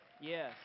Yes